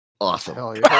Awesome